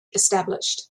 established